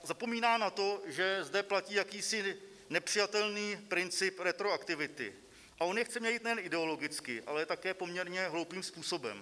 Zapomíná na to, že zde platí jakýsi nepřijatelný princip retroaktivity, a on je chce měnit nejen ideologicky, ale také poměrně hloupým způsobem.